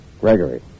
Gregory